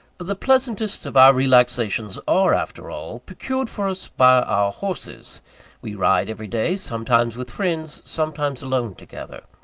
but the pleasantest of our relaxations are, after all, procured for us by our horses we ride every day sometimes with friends, sometimes alone together.